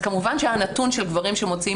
אז כמובן שהנתון של גברים שמוציאים